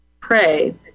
pray